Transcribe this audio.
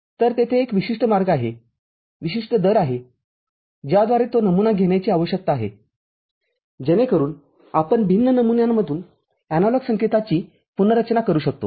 तर तेथे एक विशिष्ट मार्ग आहे विशिष्ट दर आहे ज्याद्वारे तो नमुना घेण्याची आवश्यकता आहे जेणेकरून आपण भिन्न नमुन्यांमधून एनालॉग संकेताची पुनर्रचना करू शकतो